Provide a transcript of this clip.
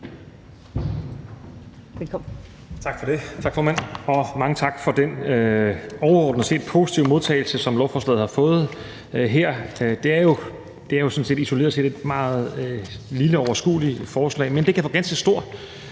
Heunicke): Tak for det, formand, og mange tak for den overordnet set positive modtagelse, som lovforslaget har fået her. Det er jo sådan isoleret set et meget lille og overskueligt forslag, men det kan få ganske stor